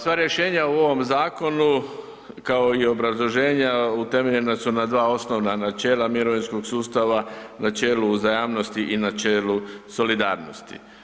Sva rješenja u ovom zakonu, kao i obrazloženja utemeljena su na dva osnovna načela mirovinskog sustava, načelu uzajamnosti i načelu solidarnosti.